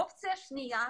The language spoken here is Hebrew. אופציה שנייה,